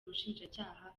ubushinjacyaha